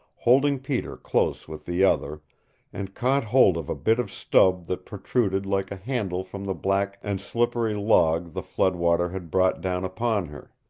holding peter close with the other and caught hold of a bit of stub that protruded like a handle from the black and slippery log the flood-water had brought down upon her.